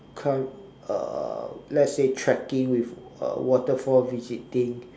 come uh let's say trekking with uh waterfall visiting